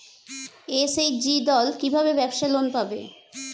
SHG দল কী ভাবে ব্যাবসা লোন পাবে?